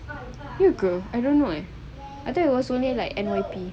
ya ke I don't know I thought was only like N_Y_P